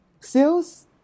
Sales